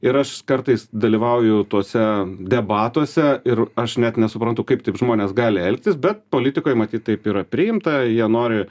ir aš kartais dalyvauju tuose debatuose ir aš net nesuprantu kaip taip žmonės gali elgtis bet politikoj matyt taip yra priimta jie nori